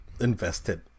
invested